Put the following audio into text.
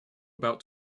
about